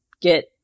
get